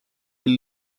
will